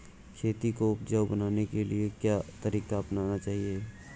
खेती को उपजाऊ बनाने के लिए क्या तरीका अपनाना चाहिए?